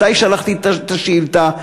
מתי שלחתי את השאילתה,